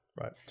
right